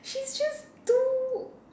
she's just too